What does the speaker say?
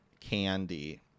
candy